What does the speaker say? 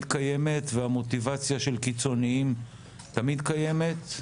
קיימת והמוטיבציה של קיצוניים תמיד קיימת,